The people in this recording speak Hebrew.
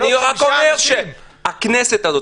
אני אומר שהכנסת הזאת,